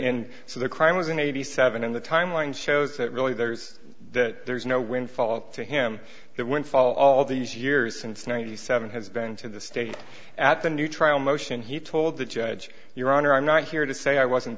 and so the crime was in eighty seven and the timeline shows that really there is that there is no windfall to him that went for all these years since ninety seven has been to the state at the new trial motion he told the judge your honor i'm not here to say i wasn't